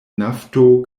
nafto